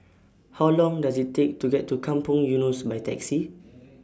How Long Does IT Take to get to Kampong Eunos By Taxi